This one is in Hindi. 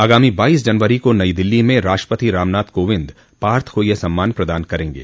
आगामी बाइस जनवरी को नई दिल्ली में राष्ट्रपति रामनाथ कोविंद पार्थ को यह सम्मान प्रदान करेंगे